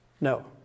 No